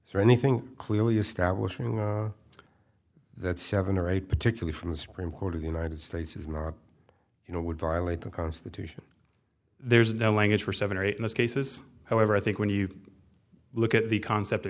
r anything clearly establishing a that seven or eight particularly from the supreme court of the united states is not you know would violate the constitution there's no language for seven or eight most cases however i think when you look at the concept of the